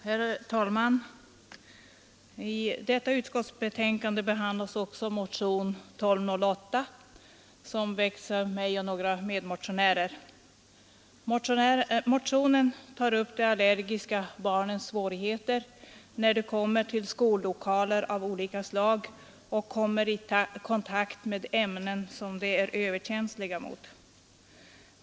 Herr talman! I detta utskottsbetänkande behandlas bl.a. motion 1208, som väckts av mig och några medmotionärer. Motionen tar upp de allergiska barnens svårigheter när de kommer till skollokaler av olika slag och får kontakt med ämnen som de är överkänsliga mot.